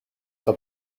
the